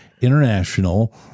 International